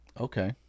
Okay